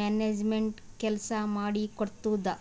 management ಕೆಲ್ಸ ಮಾಡಿ ಕೊಡ್ತುದ್